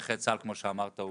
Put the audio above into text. כמו שאמרת,